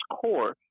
core